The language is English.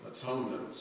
Atonement